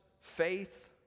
faith